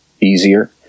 easier